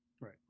Right